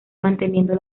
manteniendo